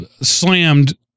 slammed